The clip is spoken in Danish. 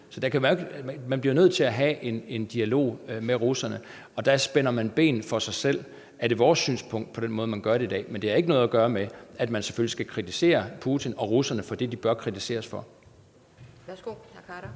Man bliver nødt til at have en dialog med russerne. Der spænder man ben for sig selv, er vores synspunkt, ved den måde, man gør det på i dag. Men det har ikke noget at gøre med, at man selvfølgelig skal kritisere Putin og russerne for det, de bør kritiseres for.